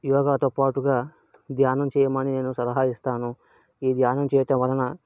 యోగాతో పాటుగా ధ్యానం చేయమని నేను సలహా ఇస్తాను ఈ ధ్యానం చేయటం వలన